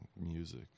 music